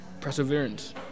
perseverance